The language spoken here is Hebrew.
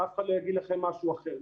שאף אחד לא יגיד לכם משהו אחר.